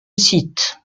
site